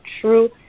true